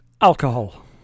Alcohol